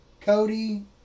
Cody